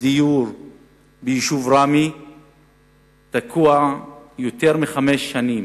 ביישוב ראמה תקועות יותר מחמש שנים,